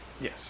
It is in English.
Yes